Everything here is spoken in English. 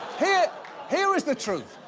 here. here is the truth.